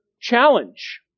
challenge